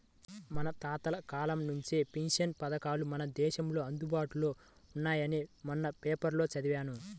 మన తాతల కాలం నుంచే పెన్షన్ పథకాలు మన దేశంలో అందుబాటులో ఉన్నాయని మొన్న పేపర్లో చదివాను